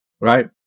right